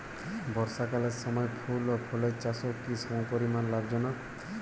বর্ষাকালের সময় ফুল ও ফলের চাষও কি সমপরিমাণ লাভজনক?